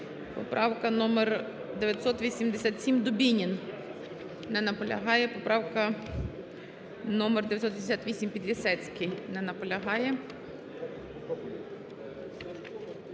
Поправка номер 987, Дубінін. Не наполягає. Поправка номер 988, Підлісецький. Не наполягає.